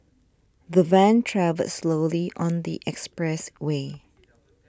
the van travelled slowly on the expressway